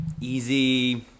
easy